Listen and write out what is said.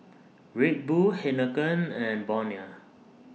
Red Bull Heinekein and Bonia